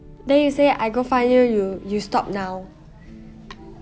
then you say I go find you you stop now